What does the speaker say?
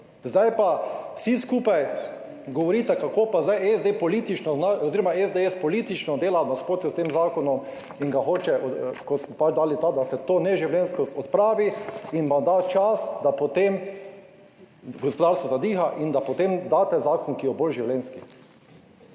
Zdaj pa vsi skupaj govorite, kako pa zdaj SD politično oziroma SDS politično dela v nasprotju s tem zakonom in ga hoče, kot smo pač dali ta, da se to neživljenjskost odpravi in vam da čas, da potem gospodarstvo zadiha in da potem daste zakon, ki je bolj življenjski.